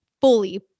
fully